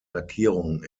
lackierung